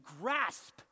grasp